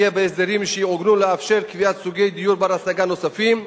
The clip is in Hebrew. יהיה בהסדרים שיעוגנו לאפשר קביעת סוגי דיור בר-השגה נוספים,